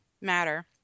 matter